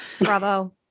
Bravo